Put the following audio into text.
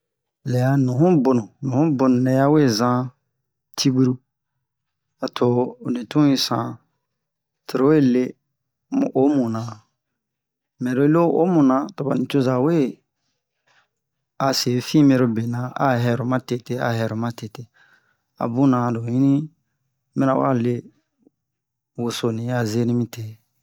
lɛ a nubonu nubonu nɛ ya we zan tiburu a to li tun yi san toro we le mu omu nan mɛ lo yi lo omu na to ba nicoza we a se fumɛ lo bena a hɛro matete a hɛro matete a buna lo hinni mana wa le wosoni a zeni mi te